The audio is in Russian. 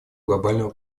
глобального